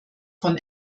von